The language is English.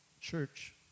Church